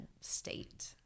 state